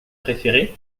préféré